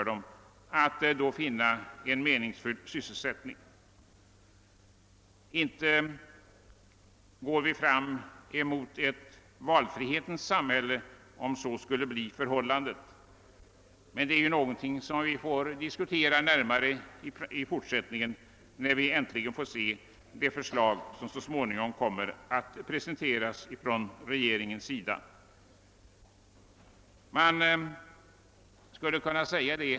Detta tyder inte på att vi går fram emot ett valfrihetens samhälle. Vi får emellertid tillfälle att närmare diskutera frågan när vi äntligen får se det förslag som regeringen så småningom presenterar.